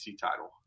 title